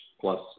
plus